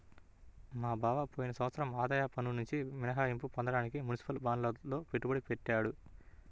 మా బావ పోయిన సంవత్సరం ఆదాయ పన్నునుంచి మినహాయింపు పొందడానికి మునిసిపల్ బాండ్లల్లో పెట్టుబడి పెట్టాడు